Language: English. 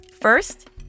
First